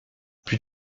plus